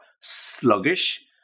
sluggish